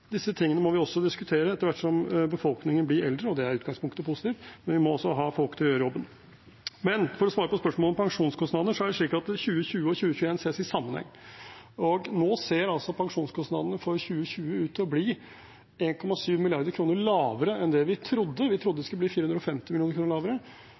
Disse tingene må vi også diskutere etter hvert som befolkningen blir eldre, og det er i utgangspunktet positivt, men vi må også ha folk til å gjøre jobben. For å svare på spørsmålet om pensjonskostnader: Det er slik at 2020 og 2021 ses i sammenheng. Nå ser altså pensjonskostnadene for 2020 ut til å bli 1,7 mrd. kr lavere enn det vi trodde, vi trodde det skulle blir 450 mill. kr lavere,